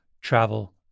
travel